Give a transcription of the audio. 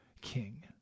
king